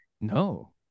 No